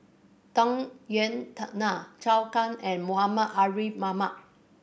Tung Yue Nang Zhou Can and Muhammad Ariff Ahmad